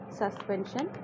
suspension